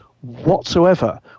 whatsoever